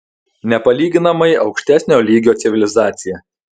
nepalyginamai aukštesnio lygio civilizacija